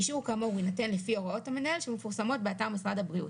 אישור כאמור ינתן לפי הוראות המנהל שמפורסמות באתר משרד הבריאות.